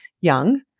young